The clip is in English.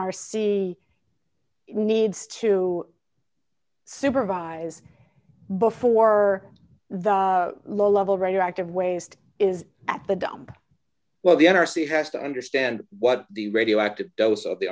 r c needs to supervise before the low level radioactive waste is at the dump well the n r c has to understand what the radioactive dose of the